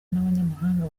n’abanyamahanga